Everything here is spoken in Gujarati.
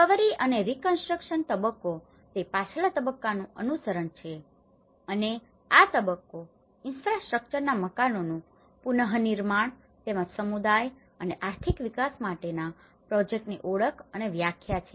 રિકવરી અને રીકન્સ્ટ્રકશન તબક્કો તે પાછલા તબક્કાનુ અનુસરણ છે અને આ તબક્કો ઈન્ફ્રાસ્ટ્રક્ચરના મકાનોનુ પુનઃનિર્માણ તેમજ સમુદાય અને આર્થિક વિકાસ માટેના પ્રોજેક્ટ્સની ઓળખ અને વ્યાખ્યા છે